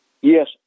Yes